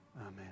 Amen